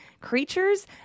creatures